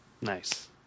Nice